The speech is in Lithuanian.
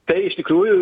tai iš tikrųjų